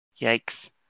Yikes